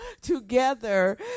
together